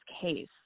case